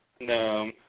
No